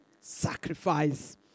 sacrifice